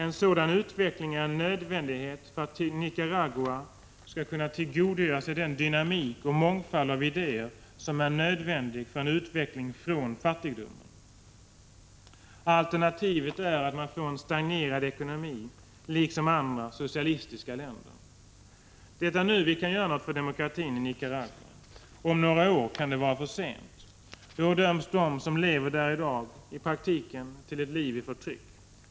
En sådan utveckling är en nödvändighet för att Nicaragua skall kunna tillgodogöra sig den dynamik och den mångfald av idéer som är nödvändiga för en utveckling från fattigdomen. Alternativet är att man får en stagnerad ekonomi, liksom andra socialistiska länder. Det är nu vi kan göra något för demokratin i Nicaragua. Om några år kan det vara för sent. Då döms de som lever där i dag i praktiken till ett liv i förtryck.